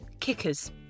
kickers